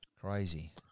Crazy